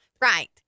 right